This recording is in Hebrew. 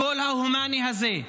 הקול ההומני הזה,